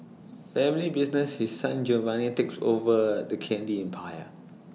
family business His Son Giovanni takes over the candy empire